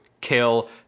kill